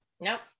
Nope